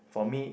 for me